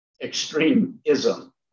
extremism